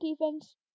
defense